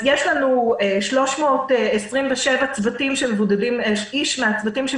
יש לנו 327 אנשי צוותים שמבודדים בבית.